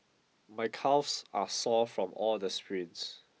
my calves are sore from all the sprints